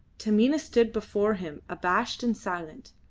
taminah stood before him abashed and silent.